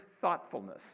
thoughtfulness